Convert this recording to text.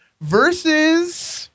versus